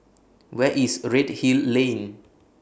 Where IS Redhill Lane